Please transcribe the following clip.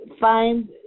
Find